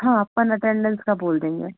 हाँ अपन अटेंडेंस का बोल देंगे